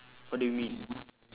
what do you mean